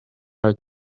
are